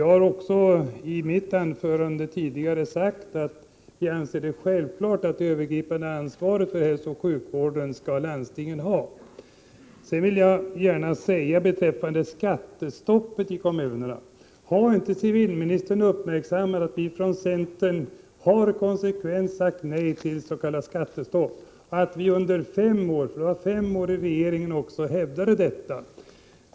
Jag har också i mitt anförande tidigare sagt att vi anser det självklart att landstinget skall ha det övergripande ansvaret för hälsooch sjukvården. Beträffande skattestopp i kommunerna undrar jag: Har inte civilministern uppmärksammat att vi från centern konsekvent har sagt nej till s.k. skattestopp och att vi under fem år i regeringsställning också hävdade detta?